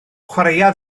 chwaraea